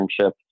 internship